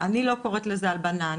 אני לא קוראת לזה הלבנה.